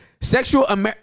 Sexual